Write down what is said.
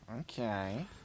Okay